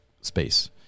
space